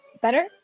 Better